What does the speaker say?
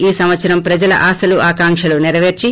ఈ సంవత్సరం ప్రజల ఆశలు ఆకాంక్షలు నెరపేర్పి